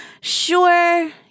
Sure